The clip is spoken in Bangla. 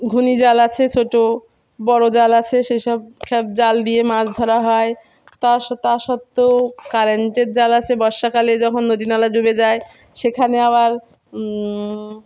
ঘূর্ণি জাল আছে ছোটো বড়ো জাল আছে সেসব খ জাল দিয়ে মাছ ধরা হয় তা তা সত্ত্বেও কারেন্টের জাল আছে বর্ষাকালে যখন নদী নালা ডুবে যায় সেখানে আবার